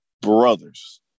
brothers